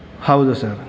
ಹೌದು ಸರ್